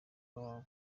wabo